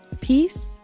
Peace